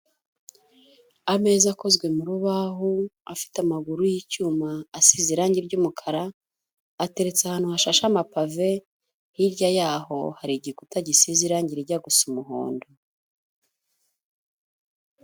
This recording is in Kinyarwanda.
Ameza akozwe mu rubaho, afite amaguru y'icyuma asize irangi ry'umukara, ateretse ahantu hashashe amapave, hirya yaho hari igikuta gisize irangi rijya gusa umuhondo.